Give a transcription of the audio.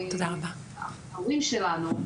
ההורים שלנו,